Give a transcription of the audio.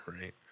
Right